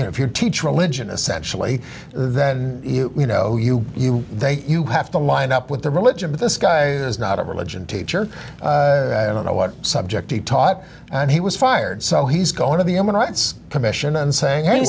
if you're if you teach religion essentially that you know you you you have to line up with the religion but this guy is not a religion teacher i don't know what subject he taught and he was fired so he's going to the human rights commission and saying